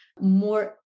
more